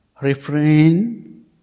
refrain